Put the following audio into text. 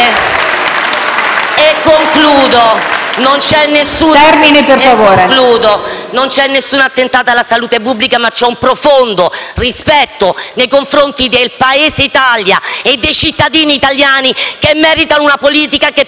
e concludo, non c'è alcun attentato alla salute pubblica, ma c'è un profondo rispetto nei confronti del Paese Italia e dei cittadini italiani che meritano una politica che pensi